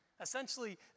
Essentially